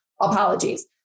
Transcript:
Apologies